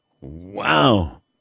Wow